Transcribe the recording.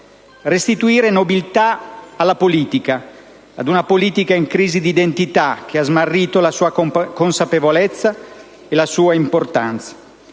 restituire nobiltà alla politica, ad una politica in crisi di identità, che ha smarrito la sua consapevolezza e la sua importanza.